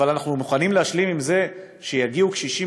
אבל האם אנחנו מוכנים להשלים עם זה שיגיעו קשישים